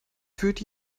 führt